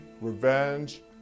revenge